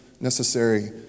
necessary